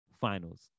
finals